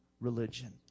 religion